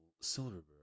Silverberg